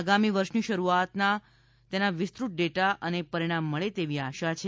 આગામી વર્ષની શરૂઆતમાં તેના વિસ્તૃત ડેટા અને પરિણામ મળે તેવી આશા છે